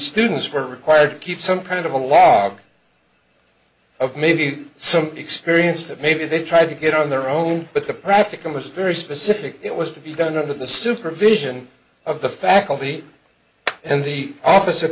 students were required to keep some kind of a log of maybe some experience that maybe they tried to get on their own but the practical was very specific it was to be done under the supervision of the faculty and the office